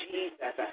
Jesus